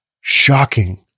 Shocking